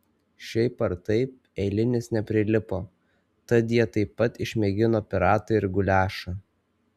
šiaip ar taip eilinis neprilipo tad jie taip pat išmėgino piratą ir guliašą